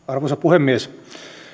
arvoisa